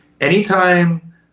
Anytime